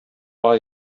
while